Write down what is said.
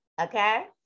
okay